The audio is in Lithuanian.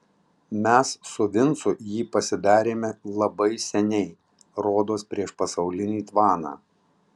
mes su vincu jį pasidarėme labai seniai rodos prieš pasaulinį tvaną